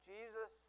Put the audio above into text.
Jesus